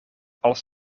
als